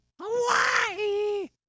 Hawaii